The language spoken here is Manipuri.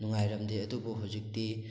ꯅꯨꯡꯉꯥꯏꯔꯝꯗꯦ ꯑꯗꯨꯕꯨ ꯍꯧꯖꯤꯛꯇꯤ